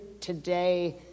today